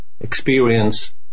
experience